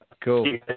cool